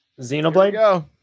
Xenoblade